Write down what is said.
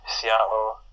Seattle